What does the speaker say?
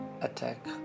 attack